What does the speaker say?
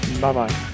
Bye-bye